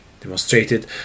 demonstrated